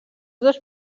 dos